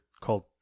called